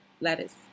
lettuce